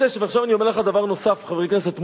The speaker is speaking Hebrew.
עכשיו אני אומר לך דבר נוסף, חבר הכנסת מולה.